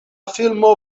filmo